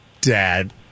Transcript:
dad